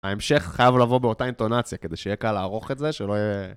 ההמשך חייב לבוא באותה אינטונציה, כדי שיהיה קל לערוך את זה, שלא יהיה...